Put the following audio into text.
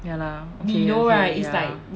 ya lah okay okay ya